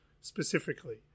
specifically